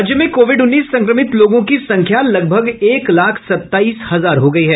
राज्य में कोविड उन्नीस संक्रमित लोगों की संख्या लगभग एक लाख सताईस हजार हो गयी है